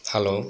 hello